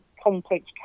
complex